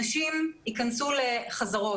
אנשים ייכנסו לחזרות.